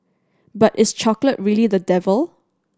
but is chocolate really the devil